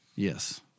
Yes